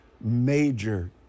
major